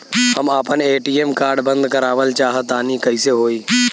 हम आपन ATM card बंद करावल चाह तनि कइसे होई?